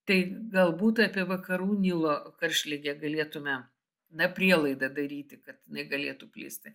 tai galbūt apie vakarų nilo karštligę galėtume na prielaidą daryti kad jinai galėtų plisti